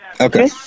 Okay